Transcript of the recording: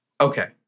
Okay